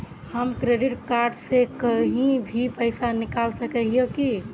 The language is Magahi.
हम क्रेडिट कार्ड से कहीं भी पैसा निकल सके हिये की?